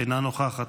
אינה נוכחת,